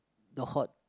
the hot